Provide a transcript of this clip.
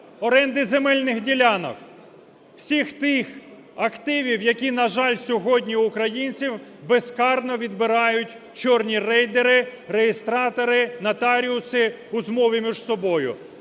оренди земельних ділянок – всіх тих активів, які, на жаль, сьогодні у українців безкарно відбирають чорні рейдери, реєстратори, нотаріуси у змові між собою.